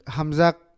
Hamzak